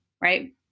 right